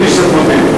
יידיש מדוברת.